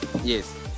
Yes